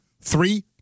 Three